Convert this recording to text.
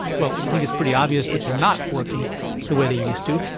well, i think it's pretty obvious that they are not working the way they used to.